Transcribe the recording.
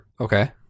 Okay